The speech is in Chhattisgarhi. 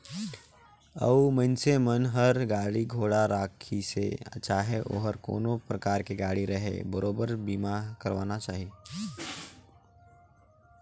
अउ मइनसे मन हर गाड़ी घोड़ा राखिसे चाहे ओहर कोनो परकार के गाड़ी रहें बरोबर बीमा करवाना चाही